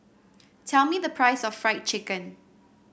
tell me the price of Fried Chicken